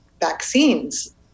vaccines